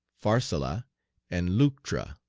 pharsalia, and leuctra.